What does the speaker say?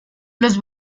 los